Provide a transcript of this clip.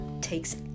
takes